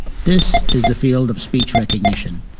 this is the field of speech recognition.